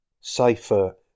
safer